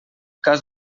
cas